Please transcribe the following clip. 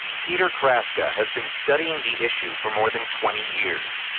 peter kraska has been studying the issue for more than twenty years.